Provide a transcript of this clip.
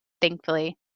thankfully